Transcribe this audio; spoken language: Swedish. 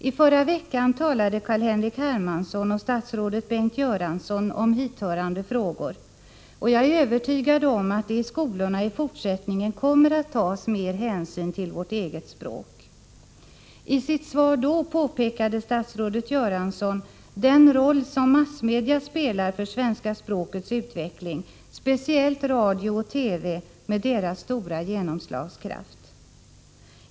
I förra veckan talade Carl-Henrik Hermansson och statsrådet Bengt Göransson om hithörande frågor, och jag är övertygad om att det i skolorna i fortsättningen kommer att tas mera hänsyn till vårt eget språk. I sitt svar då pekade statsrådet Göransson på den roll som massmedia spelar för svenska språkets utveckling, speciellt radio och TV med deras stora genomslagskraft.